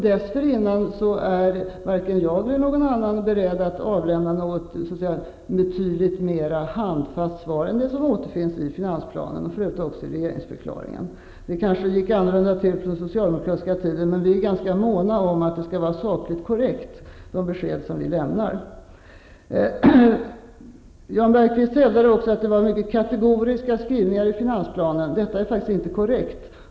Dessförinnan är varken jag eller någon annan beredd att avlämna något betydligt mer handfast svar än det som återfinns i finansplanen och för övrigt också i regeringsförklaringen. Det kanske gick annorlunda till på den socialdemokratiska tiden, men vi är ganska måna om att de besked som vi lämnar skall vara sakligt korrekta. Jan Bergqvist hävdade också att det var mycket kategoriska skrivningar i finansplanen. Detta är faktiskt inte korrekt.